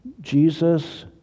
Jesus